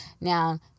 Now